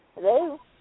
Hello